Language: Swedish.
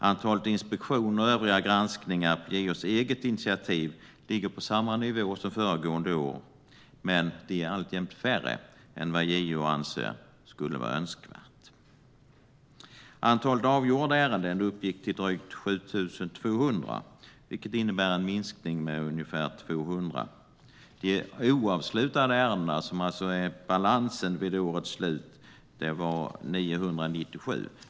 Antalet inspektioner och övriga granskningar på JO:s eget initiativ ligger på samma nivå som föregående år, men de är alltjämt färre än vad JO anser önskvärt. Antalet avgjorda ärenden uppgick till drygt 7 200, vilket innebär en minskning med ungefär 200. De oavslutade ärendena, som alltså är balansen vid årets slut, var 997 till antalet.